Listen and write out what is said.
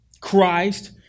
Christ